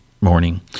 morning